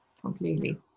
Completely